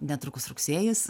netrukus rugsėjis